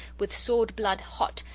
with sword-blood hot,